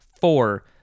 Four